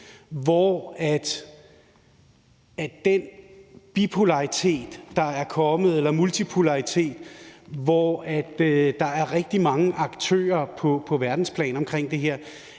eller multipolaritet, der er kommet, og hvor der er rigtig mange aktører på verdensplan omkring det her,